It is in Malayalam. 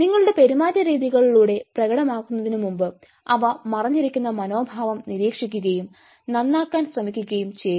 നിങ്ങളുടെ പെരുമാറ്റരീതികളിലൂടെ പ്രകടമാകുന്നതിനുമുമ്പ് അവ മറഞ്ഞിരിക്കുന്ന മനോഭാവം നിരീക്ഷിക്കുകയും നന്നാക്കാൻ ശ്രമിക്കുകയും ചെയ്യുക